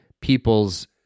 people's